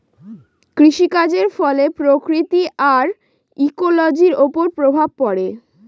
কৃষিকাজের ফলে প্রকৃতি আর ইকোলোজির ওপর প্রভাব পড়ে